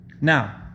Now